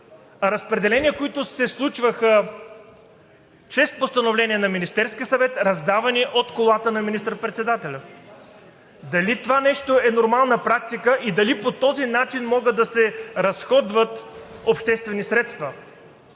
а разпределения, които се случваха чрез постановления на Министерския съвет, раздавани от колата на министър председателя?! Дали това нещо е нормална практика и дали по този начин могат да се разходват обществени средства?